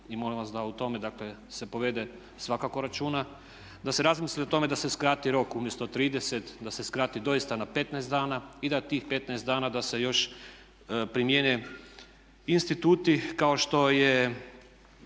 i molim vas da u tome, dakle se povede svakako računa. Da se razmisli o tome da se skrati rok umjesto 30 da se skrati doista na 15 dana i da tih 15 dana da se još primijene instituti kao što je